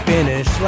Finish